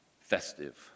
festive